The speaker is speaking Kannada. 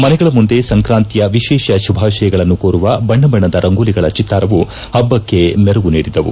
ಮನೆಗಳ ಮುಂದೆ ಸಂಕ್ರಾಂತಿಯ ವಿಶೇಷ ಶುಭಾಶಯಗಳನ್ನು ಕೋರುವ ಬಣ್ಣ ಬಣ್ಣದ ರಂಗೋಲಿಗಳ ಚಿತ್ತಾರವು ಹಬ್ಬಕ್ಕೆ ಮೆರುಗು ನೀಡಿದ್ದವು